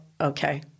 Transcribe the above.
okay